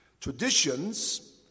Traditions